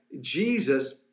Jesus